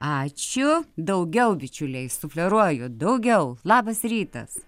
ačiū daugiau bičiuliai sufleruoju daugiau labas rytas